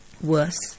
worse